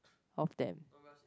of them